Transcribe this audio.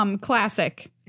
Classic